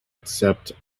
accept